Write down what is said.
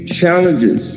challenges